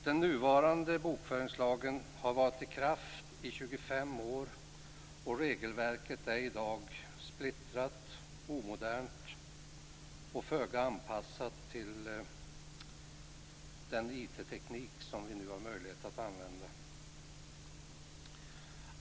Den nuvarande bokföringslagen har varit i kraft i 25 år och regelverket är i dag splittrat, omodernt och föga anpassat till den informationsteknik som vi nu har möjlighet att använda.